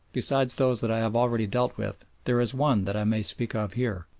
besides those that i have already dealt with, there is one that i may speak of here.